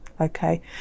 okay